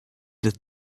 that